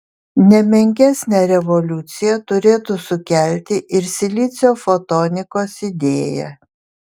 ne menkesnę revoliuciją turėtų sukelti ir silicio fotonikos idėja